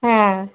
হ্যাঁ